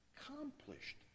accomplished